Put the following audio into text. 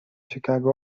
chicago